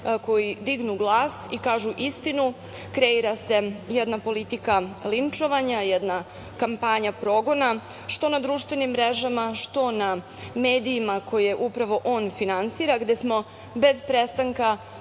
koji dignu glas i kažu istinu. Kreira se jedna politika linčovanja, jedna kampanja progona, što na društvenim mrežama, što na medijima koje upravo on finansira, a gde smo bez prestanka